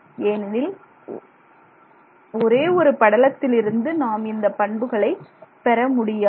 ஏனெனில் ஒரே ஒரு படலத்திலிருந்து நாம் இந்தப் பண்புகளை பெற இயலாது